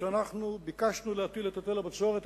כשאנו ביקשנו להטיל את היטל הבצורת,